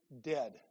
dead